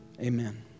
Amen